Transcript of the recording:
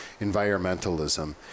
environmentalism